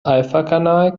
alphakanal